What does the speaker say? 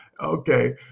okay